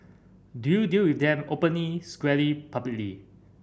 do you deal with them openly squarely publicly